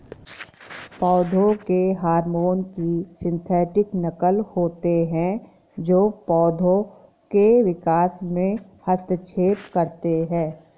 पौधों के हार्मोन की सिंथेटिक नक़ल होते है जो पोधो के विकास में हस्तक्षेप करते है